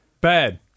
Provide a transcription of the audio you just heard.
bad